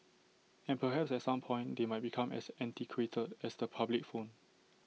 and perhaps at some point they might become as antiquated as the public phone